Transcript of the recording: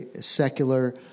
secular